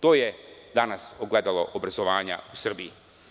To je danas ogledalo obrazovanja u Srbiji.